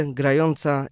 grająca